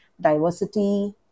diversity